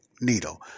needle